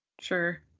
Sure